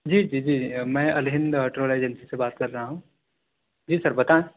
جی جی جی میں الہند ٹراول ایجنسی سے بات کر رہا ہوں جی سر بتا